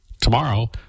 Tomorrow